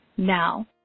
now